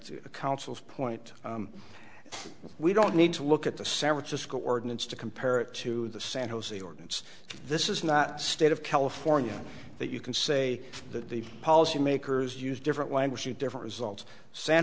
to the council's point we don't need to look at the san francisco ordinance to compare it to the san jose ordinance this is not state of california that you can say that the policy makers use different language to different results san